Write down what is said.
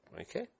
okay